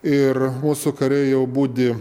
ir mūsų kariai jau budi